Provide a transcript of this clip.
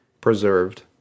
Preserved